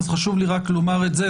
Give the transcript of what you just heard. אז חשוב לי רק לומר את זה.